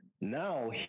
Now